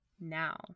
now